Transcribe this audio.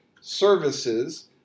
services